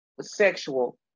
Sexual